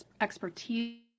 expertise